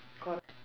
correct